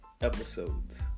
episodes